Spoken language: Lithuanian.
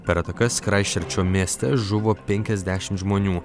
per atakas kraistčerčo mieste žuvo penkiasdešimt žmonių